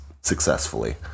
successfully